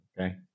Okay